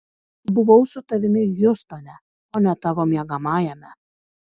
buvau su tavimi hjustone o ne tavo miegamajame